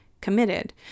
committed